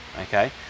okay